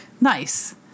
Nice